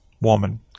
woman